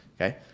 okay